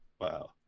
Wow